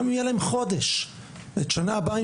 גם יהיה להם חודש אבל את השנה הבאה הם